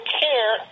care